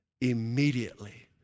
Immediately